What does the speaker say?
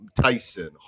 Tyson